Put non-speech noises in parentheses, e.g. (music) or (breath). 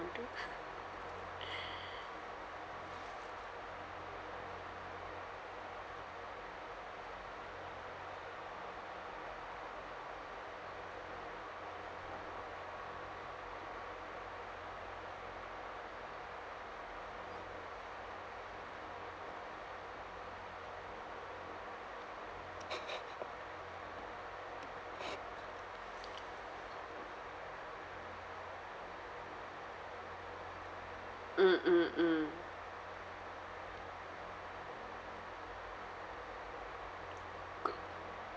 into (breath) mm mm mm (noise)